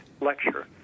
lecture